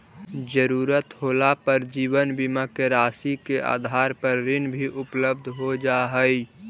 ज़रूरत होला पर जीवन बीमा के राशि के आधार पर ऋण भी उपलब्ध हो जा हई